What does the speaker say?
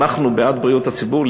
אנחנו בעד בריאות הציבור,